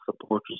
supporters